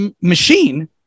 machine